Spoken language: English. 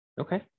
Okay